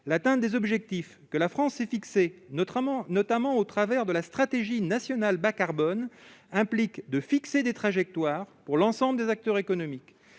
Atteindre les objectifs que la France s'est fixés, notamment dans le cadre de la stratégie nationale bas-carbone, implique de fixer des trajectoires pour l'ensemble des acteurs économiques.